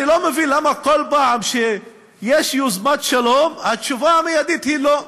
אני לא מבין למה כל פעם שיש יוזמת שלום התשובה המיידית היא "לא".